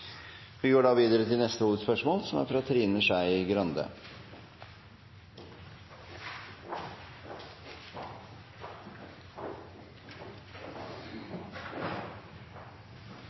Vi går da videre til neste hovedspørsmål. I trontaledebatten sa